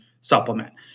supplement